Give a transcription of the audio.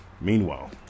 Meanwhile